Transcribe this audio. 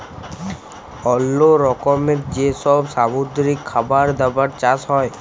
অল্লো রকমের যে সব সামুদ্রিক খাবার দাবার চাষ হ্যয়